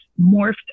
morphed